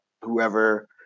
whoever